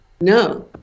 no